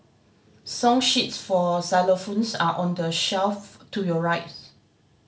song sheets for xylophones are on the shelf to your right